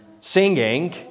singing